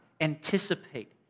anticipate